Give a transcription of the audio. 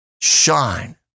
shine